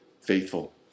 faithful